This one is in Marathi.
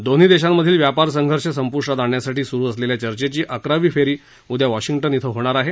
दोन्ही देशांमधील व्यापार संघर्ष संपूष्टात आणण्यासाठी सुरू असलेल्या चर्चेची अकरावी फेरी उद्या वॉशिंग्टन इथं होणार आहे